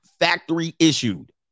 factory-issued